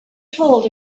told